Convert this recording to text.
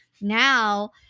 now